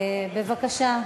בבקשה,